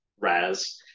Raz